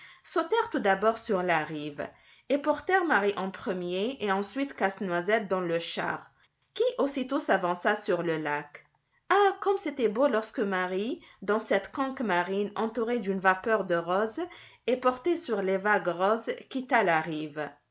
sautèrent tout d'abord sur la rive et portèrent marie en premier et ensuite casse-noisette dans le char qui aussitôt s'avança sur le lac ah comme c'était beau lorsque marie dans cette conque marine entourée d'une vapeur de roses et portée sur les vagues roses quitta la rive